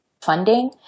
funding